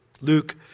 Luke